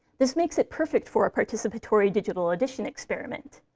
this makes it perfect for a participatory digital edition experiment.